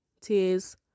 tears